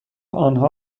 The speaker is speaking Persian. آنها